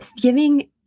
giving